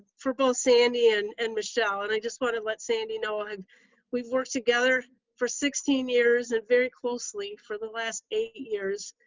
for both sandy and and michelle and i just want to let sandy know um we've we worked together for sixteen years, and very closely for the last eight years,